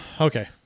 okay